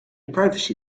privacy